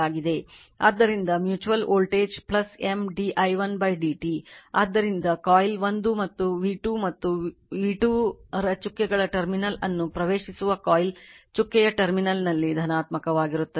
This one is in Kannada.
ಆದ್ದರಿಂದ mutual voltage M d i1 dt ಆದ್ದರಿಂದ ಕಾಯಿಲ್ 1 ಮತ್ತು v2 ಮತ್ತು v2 ರ ಚುಕ್ಕೆಗಳ ಟರ್ಮಿನಲ್ ಅನ್ನು ಪ್ರವೇಶಿಸುವ ಕಾಯಿಲ್ ಚುಕ್ಕೆಯ ಟರ್ಮಿನಲ್ನಲ್ಲಿ ಧನಾತ್ಮಕವಾಗಿರುತ್ತದೆ